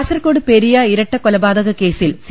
കാസർകോട് പെരിയ ഇരട്ടക്കൊലപാതകക്കേസിൽ സി